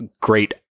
great